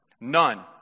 None